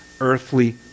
earthly